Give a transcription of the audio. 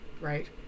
right